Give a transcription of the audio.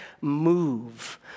move